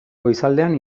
goizaldean